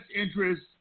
interest